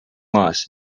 loss